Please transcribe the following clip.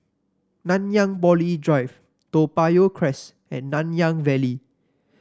Nanyang Poly Drive Toa Payoh Crest and Nanyang Valley